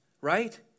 right